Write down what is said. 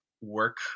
work